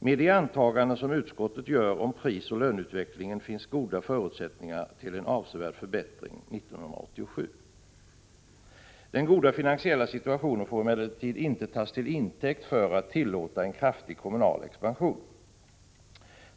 Med de antaganden som utskottet gör om prisoch löneutvecklingen finns det goda förutsättningar för en avsevärd förbättring 1987. Den goda finansiella situationen får emellertid inte tas till intäkt för att tillåta en kraftig kommunal expansion.